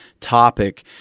topic